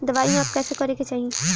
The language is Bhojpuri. दवाई माप कैसे करेके चाही?